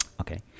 Okay